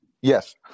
Yes